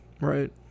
Right